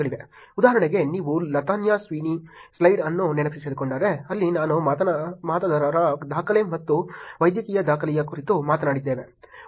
ಉದಾಹರಣೆಗೆ ನೀವು Latanya Sweeney slide ಅನ್ನು ನೆನಪಿಸಿಕೊಂಡರೆ ಅಲ್ಲಿ ನಾವು ಮತದಾರರ ದಾಖಲೆ ಮತ್ತು ವೈದ್ಯಕೀಯ ದಾಖಲೆಯ ಕುರಿತು ಮಾತನಾಡಿದ್ದೇವೆ